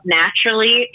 naturally